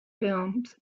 films